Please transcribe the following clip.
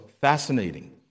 fascinating